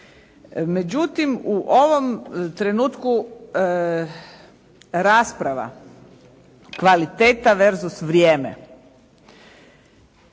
Međutim, u ovom trenutku rasprava kvaliteta, verzus, vrijeme,